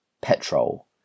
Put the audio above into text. petrol